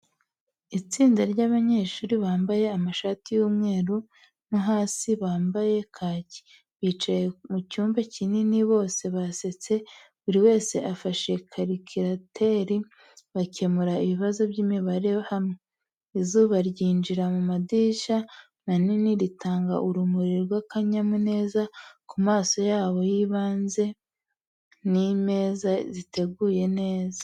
Itsinda ry’abanyeshuri bambaye amashati y'umweru no hasi bampaye kaki, bicaye mu cyumba kinini, bose basetse, buri wese afashe karikirateri, bakemura ibibazo by’imibare hamwe, izuba ryinjira mu madirishya manini, ritanga urumuri rw’akanyamuneza ku maso yabo y'ibanze n’imeza ziteguye neza.